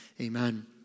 Amen